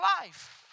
life